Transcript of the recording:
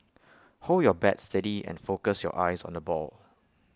hold your bat steady and focus your eyes on the ball